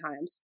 times